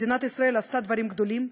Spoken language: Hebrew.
מדינת ישראל עשתה דברים גדולים,